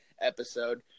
episode